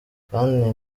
kandi